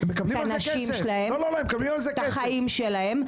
את הנשים שלהם ואת החיים שלהם.